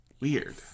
weird